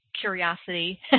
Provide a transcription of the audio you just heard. curiosity